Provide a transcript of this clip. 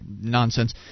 nonsense